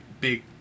big